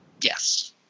yes